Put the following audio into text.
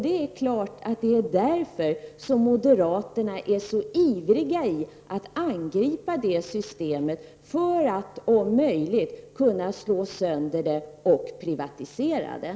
Det är klart att det är därför som moderaterna är så ivriga att angripa det systemet för att om möjligt slå sönder det och privatisera det.